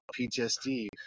ptsd